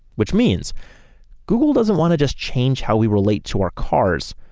which means google doesn't want to just change how we relate to our cars.